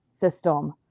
system